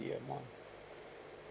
a month